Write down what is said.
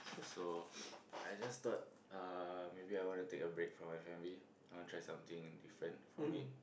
so I just thought uh maybe I want to take a break from my family I want to try something different for me